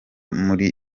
muri